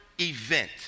event